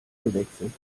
gewechselt